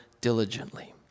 diligently